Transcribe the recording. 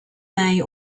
may